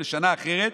"לשנה האחרת